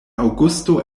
aŭgusto